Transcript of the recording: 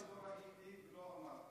שלא ראיתי ולא אמרתי